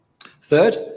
Third